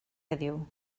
heddiw